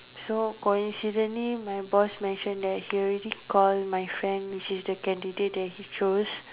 so coincidentally my boss mention that he already call my friend which is the candidate that he chose